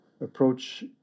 approach